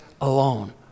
alone